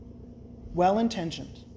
Well-intentioned